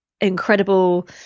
incredible